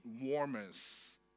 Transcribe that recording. warmers